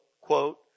quote